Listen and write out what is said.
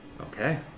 Okay